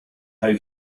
how